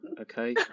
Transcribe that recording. Okay